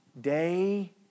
day